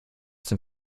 dem